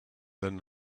then